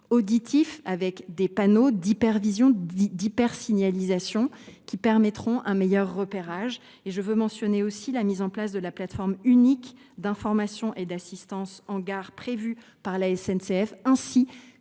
braille, et des panneaux d’hypervision ou d’hypersignalisation, qui permettront un meilleur repérage. Je veux mentionner aussi la mise en place de la plateforme unique d’information et d’assistance en gare, prévue par la SNCF, ainsi que